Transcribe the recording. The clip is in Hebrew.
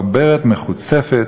ברברת מחוצפת